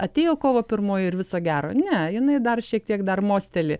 atėjo kovo pirmoji ir viso gero ne jinai dar šiek tiek dar mosteli